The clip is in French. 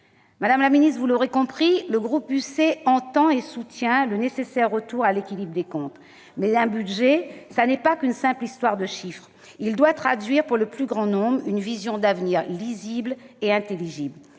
Madame la ministre, vous l'aurez compris, le groupe Union Centriste entend et soutient le nécessaire retour à l'équilibre des comptes. Mais un budget n'est pas qu'une simple histoire de chiffres. Il doit traduire pour le plus grand nombre une vision d'avenir lisible et intelligible.